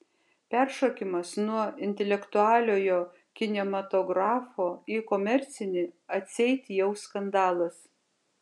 peršokimas nuo intelektualiojo kinematografo į komercinį atseit jau skandalas